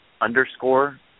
underscore